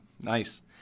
Nice